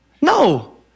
No